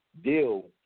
deal